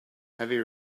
heavy